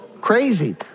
Crazy